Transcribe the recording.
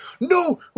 No